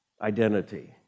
Identity